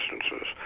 instances